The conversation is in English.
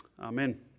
Amen